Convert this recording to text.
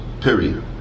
Period